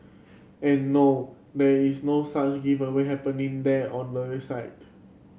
and no there is no such giveaway happening there or no you site